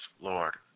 Lord